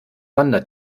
wandert